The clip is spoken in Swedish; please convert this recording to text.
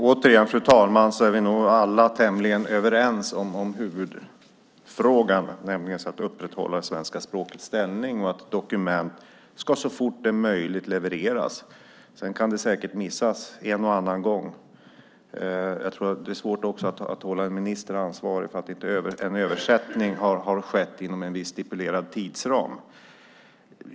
Fru talman! Återigen är vi nog alla tämligen överens om huvudfrågan att upprätthålla svenska språkets ställning och att dokument ska levereras så fort det är möjligt. Sedan kan det missas en och annan gång. Det är också svårt att hålla en minister ansvarig för att inte en översättning har skett inom en viss stipulerad tidsram.